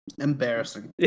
embarrassing